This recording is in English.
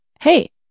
Hey